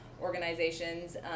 organizations